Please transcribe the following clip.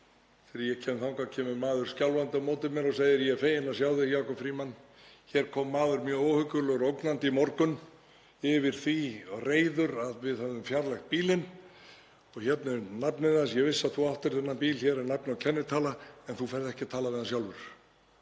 Þegar ég kem þangað kemur maður skjálfandi á móti mér og segir: Ég er feginn að sjá þig, Jakob Frímann. Hér kom maður mjög óhuggulegur, ógnandi og reiður í morgun yfir því að við hefðum fjarlægt bílinn og hérna er nafnið hans. Ég vissi að þú ættir þennan bíl. Hér er nafn og kennitala en þú ferð ekki að tala við hann sjálfur,